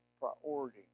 priority